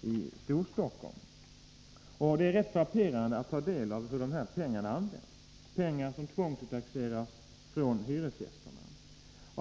på Storstockholmsområdet. Det är frapperande att ta del av hur de pengarna används, pengar som tvångsuttaxeras av hyresgästerna.